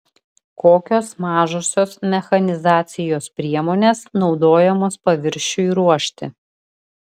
kokios mažosios mechanizacijos priemonės naudojamos paviršiui ruošti